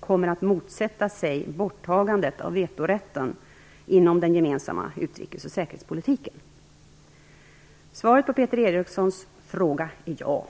kommer att motsätta sig borttagandet av vetorätten inom den gemensamma utrikes och säkerhetspolitiken. Svaret på Peter Erikssons fråga är ja.